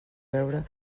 veure